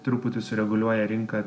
truputį sureguliuoja rinką